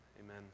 Amen